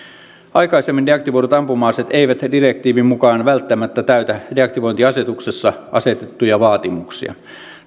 aikaisemmin deaktivoidut ampuma aseet eivät direktiivin mukaan välttämättä täytä deaktivointiasetuksessa asetettuja vaatimuksia